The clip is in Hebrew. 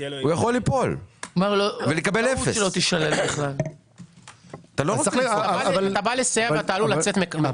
אתה בא לסייע ועלול לצאת מזיק.